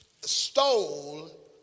stole